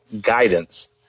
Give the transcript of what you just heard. guidance